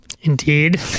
Indeed